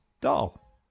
doll